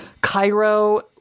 Cairo